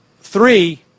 three